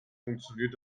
funktioniert